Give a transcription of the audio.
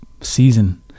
season